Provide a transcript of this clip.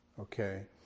Okay